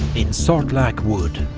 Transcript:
in sortlack wood,